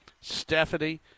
Stephanie